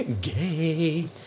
Gay